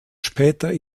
später